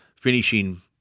finishing